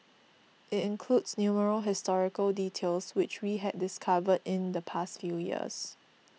it includes numerous historical details which we had discovered in the past few years